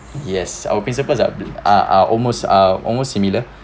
yes our principles uh are are almost are almost similar